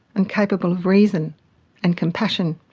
and capable of reason and compassion.